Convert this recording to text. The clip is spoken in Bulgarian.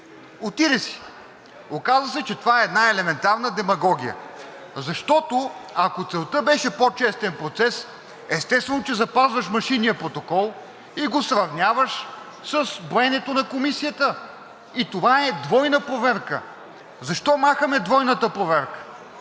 Отиде си! Оказа се, че това е една елементарна демагогия. Защото, ако целта беше по-честен процес, естествено, че запазваш машинния протокол и го сравняваш с броенето на комисията. И това е двойна проверка. Защо махаме двойната проверка?